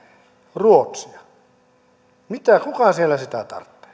ruotsia kuka siellä sitä tarvitsee